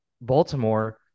Baltimore